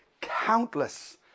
countless